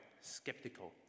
skeptical